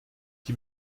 die